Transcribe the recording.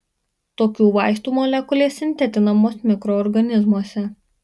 tokių vaistų molekulės sintetinamos mikroorganizmuose